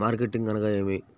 Marketing అనగానేమి?